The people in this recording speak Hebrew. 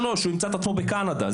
שלוש ימצא עצמו בקנדה.